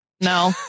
no